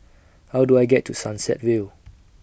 How Do I get to Sunset Vale